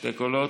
שני קולות.